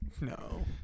No